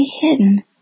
hidden